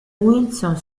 wilson